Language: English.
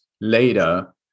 later